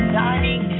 dining